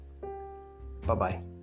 Bye-bye